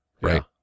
Right